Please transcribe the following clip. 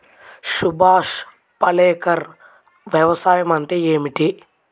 సుభాష్ పాలేకర్ వ్యవసాయం అంటే ఏమిటీ?